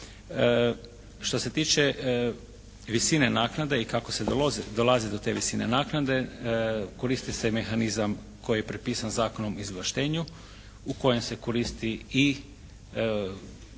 Što se tiče visine naknade i kako se dolazi do te visine naknade, koristi se mehanizam koji je prepisan Zakonom o izvlaštenju, u kojem se koristi i